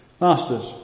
Masters